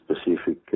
specific